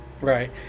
right